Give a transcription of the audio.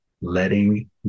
letting